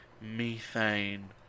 Methane